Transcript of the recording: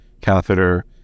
Catheter